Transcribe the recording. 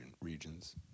regions